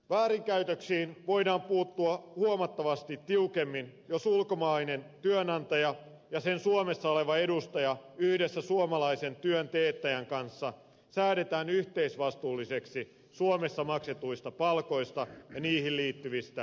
väärinkäytöksiin voidaan puuttua huomattavasti tiukemmin jos ulkomainen työnantaja ja sen suomessa oleva edustaja yhdessä suomalaisen työn teettäjän kanssa säädetään yhteisvastuulliseksi suomessa maksetuista palkoista ja niihin liittyvistä veroista